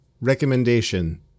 recommendation